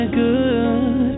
good